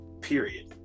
Period